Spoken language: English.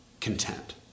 content